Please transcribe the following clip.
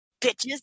bitches